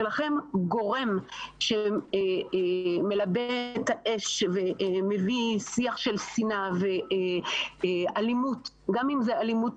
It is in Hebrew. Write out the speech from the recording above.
ולכן גורם שמלבה את האש ומביא שיח של שנאה ואלימות גם אם זאת אלימות